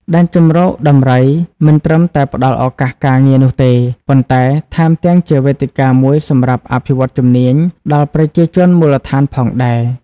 ដែនជម្រកដំរីមិនត្រឹមតែផ្តល់ឱកាសការងារនោះទេ ប៉ុន្តែថែមទាំងជាវេទិកាមួយសម្រាប់ អភិវឌ្ឍន៍ជំនាញ ដល់ប្រជាជនមូលដ្ឋានផងដែរ។